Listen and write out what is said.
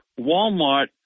Walmart